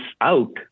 out